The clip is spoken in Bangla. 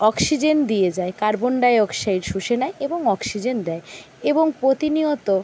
অক্সিজেন দিয়ে যায় কার্বন ডাই অক্সাইড শুষে নেয় এবং অক্সিজেন দেয় এবং প্রতিনিয়ত